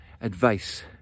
advice